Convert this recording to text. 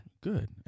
Good